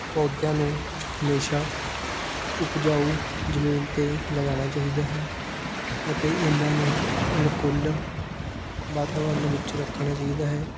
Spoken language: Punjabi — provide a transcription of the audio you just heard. ਪੌਦਿਆਂ ਨੂੰ ਹਮੇਸ਼ਾ ਉਪਜਾਊ ਜਮੀਨ 'ਤੇ ਲਗਾਉਣਾ ਚਾਹੀਦਾ ਹੈ ਅਤੇ ਇਹਨਾਂ ਨੂੰ ਅਨੁਕੂਲ ਵਾਤਾਵਰਨ ਵਿੱਚ ਰੱਖਣਾ ਚਾਹੀਦਾ ਹੈ